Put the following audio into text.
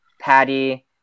Patty